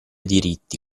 diritti